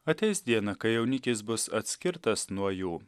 ateis diena kai jaunikis bus atskirtas nuo jų